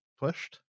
Pushed